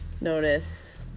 notice